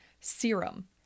serum